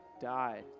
died